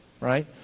right